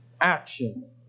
action